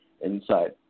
inside